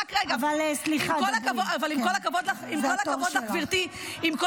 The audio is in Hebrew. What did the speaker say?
אה, סליחה, עם כל הכבוד לך, גברתי, רק